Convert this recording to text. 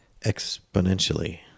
exponentially